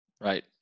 Right